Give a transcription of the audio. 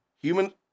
Human